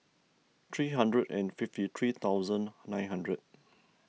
three hundred and fifty three thousand nine hundred